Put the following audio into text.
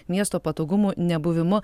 miesto patogumų nebuvimu